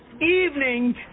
evening